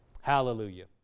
Hallelujah